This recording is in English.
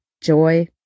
joy